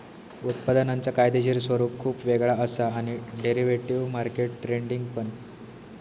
उत्पादनांचा कायदेशीर स्वरूप खुप वेगळा असा आणि डेरिव्हेटिव्ह मार्केट ट्रेडिंग पण